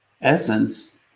essence